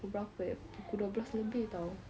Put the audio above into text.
pukul berapa eh pukul dua belas lebih [tau]